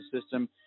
system